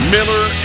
Miller